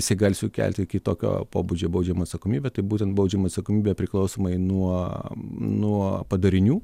jisai gali sukelti kitokio pobūdžio baudžiamą atsakomybę tai būtent baudžiamą atsakomybę priklausomai nuo nuo padarinių